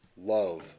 love